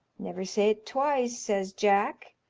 never say't twice, says jack,